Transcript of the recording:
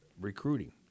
recruiting